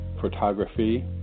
photography